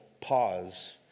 pause